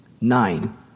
Nine